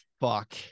fuck